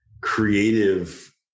creative